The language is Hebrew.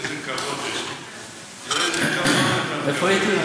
תראה איזה כבוד אתה מקבל, איפה הייתי?